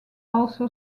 also